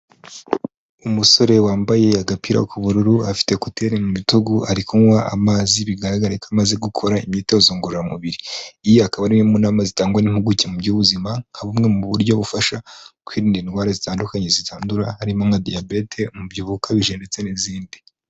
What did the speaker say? Umusore wambaye agapira k'ubururu afite kuteri mu bitugu ari kunywa amazi bigaragara ko amaze gukora imyitozo ngororamubiri, iyi akaba ari imwe mu nama zitangwa n'impuguke mu by'ubuzima nka bumwe mu buryo bufasha kwirinda indwara zitandukanye zitandura harimo nka diyabete umubyibuho ukabije ndetse n'izindi.